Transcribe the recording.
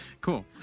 Cool